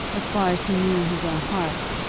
as far as he knew his own heart,